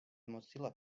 mozilla